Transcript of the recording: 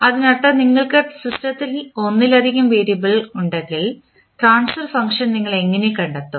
അതിനർത്ഥം നിങ്ങൾക്ക് സിസ്റ്റത്തിൽ ഒന്നിലധികം വേരിയബിൾ ഉണ്ടെങ്കിൽ ട്രാൻസ്ഫർ ഫംഗ്ഷൻ നിങ്ങൾ എങ്ങനെ കണ്ടെത്തും